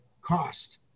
Cost